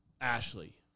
Ashley